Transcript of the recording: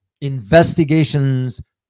investigations